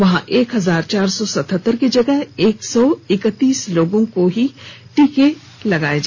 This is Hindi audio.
वहां एक हजार चार सौ सतहतर की जगह एक सौ इकतीस लोगों को ही टीका लगाया गया